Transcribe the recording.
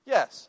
Yes